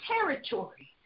territory